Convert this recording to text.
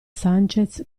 sanchez